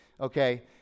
okay